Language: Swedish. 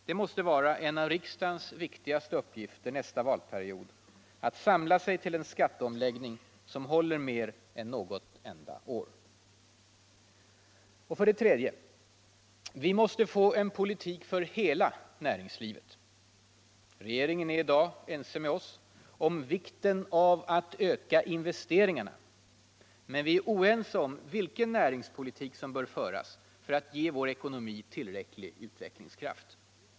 Det måste vara en av riksdagens viktigaste uppgifter nästa valperiod att samla sig till en skatteomläggning som håller mer än något enda år. 3. Vi måste få en politik för hela näringslivet. Regeringen är i dag ense med oss om vikten av att öka investeringarna. Vi är oense om vilken näringspolitik som bör föras för att ge vår ekonomi tillräcklig utvecklingskraft.